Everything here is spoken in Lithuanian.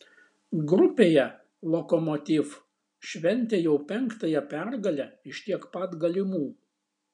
grupėje lokomotiv šventė jau penktąją pergalę iš tiek pat galimų